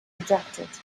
rejected